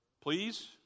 Please